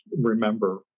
remember